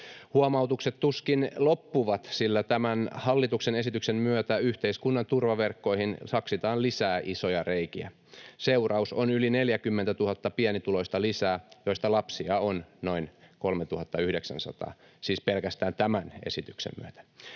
Huomautukset tuskin loppuvat, sillä tämän hallituksen esityksen myötä yhteiskunnan turvaverkkoihin saksitaan lisää isoja reikiä. Seuraus on yli 40 000 pienituloista lisää, joista lapsia on noin 3 900 — siis pelkästään tämän esityksen myötä.